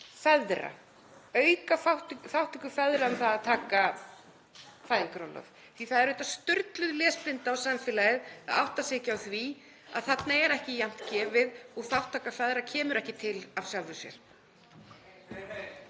Það er auðvitað sturluð lesblinda á samfélagið að átta sig ekki á því að þarna er ekki jafnt gefið og þátttaka feðra kemur ekki til af sjálfu sér.